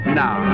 now